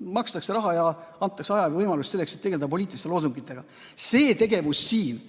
makstakse raha ja antakse võimalus selleks, et tegeleda poliitiliste loosungitega. See tegevus siin